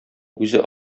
үзе